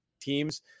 teams